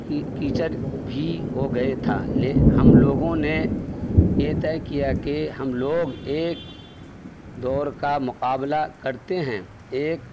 کی کیچڑ بھی ہو گئے تھا ہم لوگوں نے یہ طے کیا کہ ہم لوگ ایک دوڑ کا مقابلہ کرتے ہیں ایک